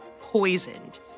poisoned